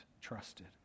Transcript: trusted